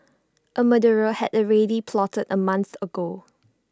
A murder had already been plotted A month ago